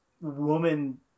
woman